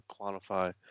quantify